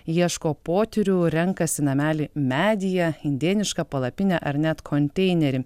ieško potyrių renkasi namelį medyje indėnišką palapinę ar net konteinerį